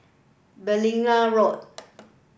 Beaulieu Road